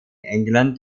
england